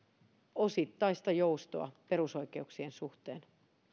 osittaista joustoa perusoikeuksien suhteen